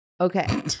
Okay